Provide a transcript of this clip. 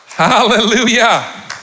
Hallelujah